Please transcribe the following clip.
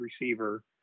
receiver